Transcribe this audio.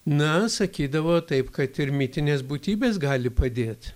na sakydavo taip kad ir mitinės būtybės gali padėt